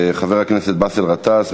חבר הכנסת באסל גטאס,